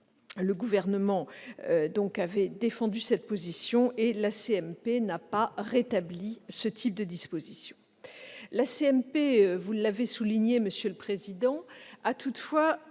Le Gouvernement avait défendu cette position, et la CMP n'a pas rétabli ce type de disposition. La CMP, vous l'avez souligné, monsieur le président, a toutefois